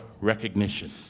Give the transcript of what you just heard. recognition